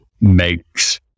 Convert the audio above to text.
makes